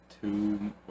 two